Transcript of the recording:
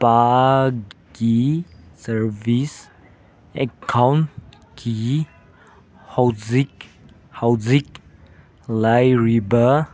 ꯄꯒꯤ service ꯑꯦꯀꯥꯎꯟꯀꯤ ꯍꯧꯖꯤꯛ ꯍꯧꯖꯤꯛ ꯂꯩꯔꯤꯕ